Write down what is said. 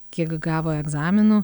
kiek gavo egzaminų